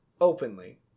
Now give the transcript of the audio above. openly